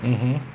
mmhmm